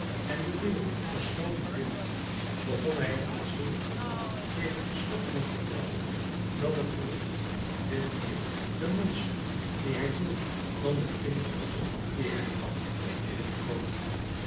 en de deur gesloten vindende begon hij er met zulk een geweld tegen te schoppen en te trappen dat het gerucht veelmeer de mansschoenen die hij droeg dan de kindervoeten die hij had deed uitkomen